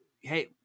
Hey